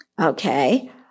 Okay